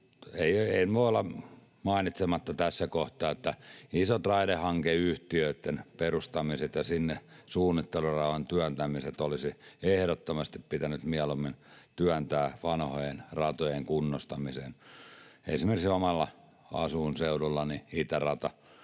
En voi olla mainitsematta tässä kohtaa, että isot raidehankeyhtiöitten perustamiset ja sinne suunnittelurahan työntämiset olisi ehdottomasti pitänyt mieluummin tehdä vanhojen ratojen kunnostamiseen. Esimerkiksi itärata omalla asuinseudullani: 40 miljoonaa